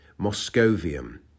moscovium